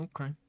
okay